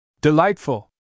Delightful